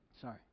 Sorry